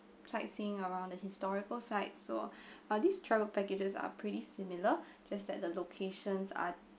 sightseeing around the historical sites so ah these travel packages are pretty similar just that the locations are